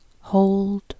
Hold